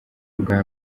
bwa